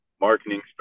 marketing